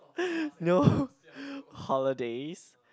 no holidays